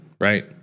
right